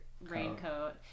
raincoat